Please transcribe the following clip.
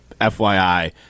FYI